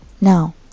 Now